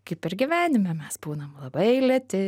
kaip ir gyvenime mes būnam labai lėti